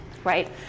Right